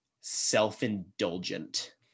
self-indulgent